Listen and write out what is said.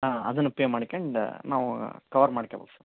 ಹಾಂ ಅದನ್ನು ಪೇ ಮಾಡಿಕಂಡು ನಾವು ಕವರ್ ಮಾಡ್ಕೊ ಬೇಕು ಸರ್